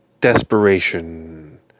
desperation